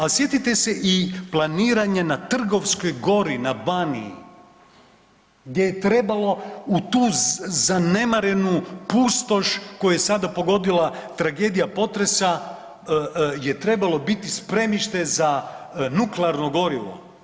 A sjetite se i planiranje na Trgovskoj gori na Baniji gdje je trebalo u tu zanemarenu pustoš koju je sada pogodila tragedija potresa je trebalo biti spremište za nuklearno gorivo.